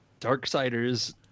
Darksiders